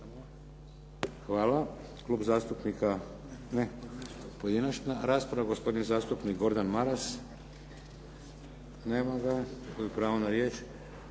Hvala.